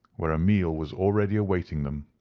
where a meal was already awaiting them.